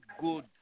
good